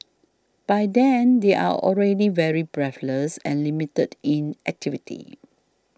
by then they are already very breathless and limited in activity